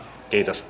kiitos